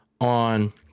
on